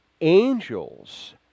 angels